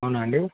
అవునా అండి